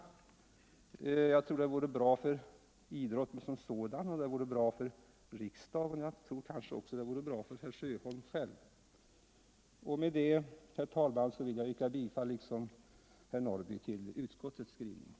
Jag tror att det vore bra för idrotten som sådan, att det vore bra för riksdagen och att det kanske vore bra för herr Sjöholm själv. Med detta, herr talman, vill jag liksom herr Norrby yrka bifall till utskottets hemställan.